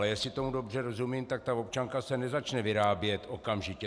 Ale jestli tomu dobře rozumím, tak ta občanka se nezačne vyrábět okamžitě.